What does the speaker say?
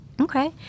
Okay